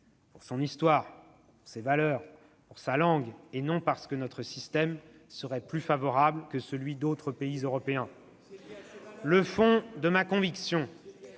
pour son histoire, pour ses valeurs, pour sa langue, et non parce que notre système serait plus favorable que celui d'autres pays européens. » Mais c'est